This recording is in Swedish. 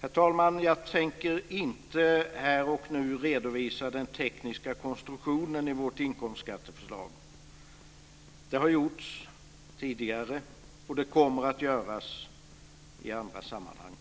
Herr talman! Jag tänker inte här och nu redovisa den tekniska konstruktionen i vårt inkomstskatteförslag. Det har gjorts tidigare, och det kommer att göras i andra sammanhang.